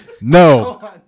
No